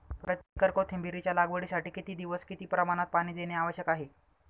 प्रति एकर कोथिंबिरीच्या लागवडीसाठी किती दिवस किती प्रमाणात पाणी देणे आवश्यक आहे?